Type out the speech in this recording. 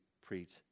preach